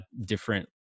different